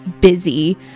busy